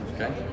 Okay